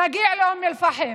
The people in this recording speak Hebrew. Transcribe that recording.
נגיע לאום אל-פחם.